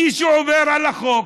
מי שעובר על החוק,